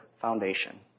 foundation